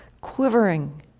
quivering